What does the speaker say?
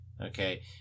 okay